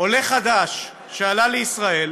עולה חדש שעלה לישראל,